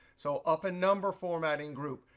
so up in number format in group,